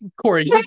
Corey